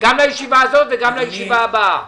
גם לישיבה הזאת וגם לישיבה הבאה.